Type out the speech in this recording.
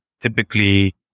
typically